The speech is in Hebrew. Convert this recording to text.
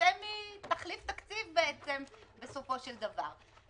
סמי תחליף תקציב בעצם בסופו של דבר.